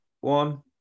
one